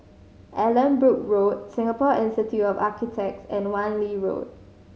Allanbrooke Road Singapore Institute of Architects and Wan Lee Road